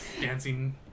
dancing